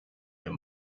her